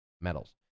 metals